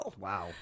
Wow